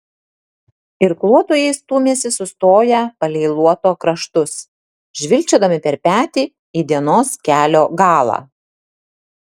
irkluotojai stūmėsi sustoję palei luoto kraštus žvilgčiodami per petį į dienos kelio galą